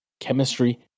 chemistry